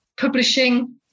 publishing